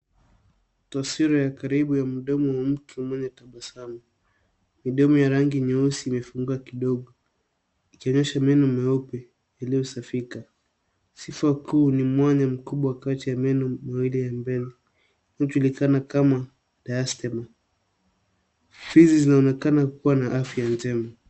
Taswira ya karibu ya mdomo wa mke mwenye tabasamu. Midomo ya rangi nyeusi imefungwa kidogo ikionyesha meno meupe yaliyosafika. Sifa kuu ni mwanya mkubwa kati ya meno mawili ya mbele, unajulikana kama diastema . Fizi zinaonekana kuwa na afya njema.